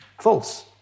false